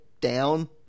down